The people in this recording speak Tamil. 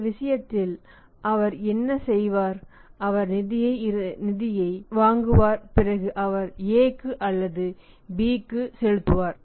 இந்த விஷயத்தில் அவர் என்ன செய்வார் அவர் நிதியை இருந்து வாங்குவார் பிறகு அவர் Aக்குஅல்லது உற்பத்தியாளருக்கு செலுத்துவார்